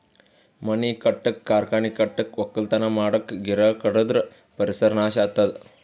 ಮನಿ ಕಟ್ಟಕ್ಕ್ ಕಾರ್ಖಾನಿ ಕಟ್ಟಕ್ಕ್ ವಕ್ಕಲತನ್ ಮಾಡಕ್ಕ್ ಗಿಡ ಮರ ಕಡದ್ರ್ ಪರಿಸರ್ ನಾಶ್ ಆತದ್